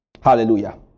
Hallelujah